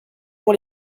pour